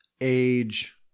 age